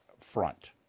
front